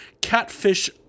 catfish